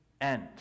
end